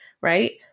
right